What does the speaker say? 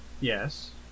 Yes